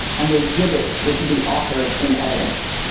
and the exhibits which will be offered in evidence.